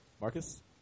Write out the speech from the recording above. marcus